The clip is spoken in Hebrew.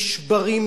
נשברים,